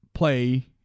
play